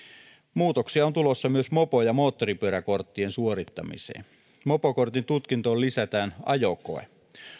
muutoksia on tulossa myös mopo ja moottoripyöräkorttien suorittamiseen mopokortin tutkintoon lisätään ajokoe